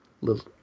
little